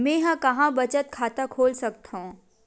मेंहा कहां बचत खाता खोल सकथव?